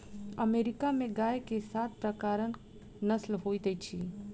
America में गाय के सात प्रकारक नस्ल होइत अछि